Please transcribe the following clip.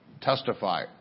testify